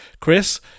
Chris